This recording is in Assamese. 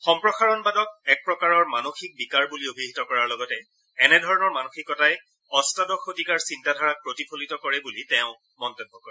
সম্প্ৰসাৰণবাদক এক প্ৰকাৰৰ মানসিক বিকাৰ বুলি অভিহিত কৰাৰ লগতে এনেধৰণৰ মানসিকতাই অষ্টাদশ শতিকাৰ চিন্তাধাৰাক প্ৰতিফলিত কৰে বুলি তেওঁ মত মন্তব্য কৰে